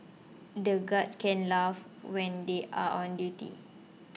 the guards can't laugh when they are on duty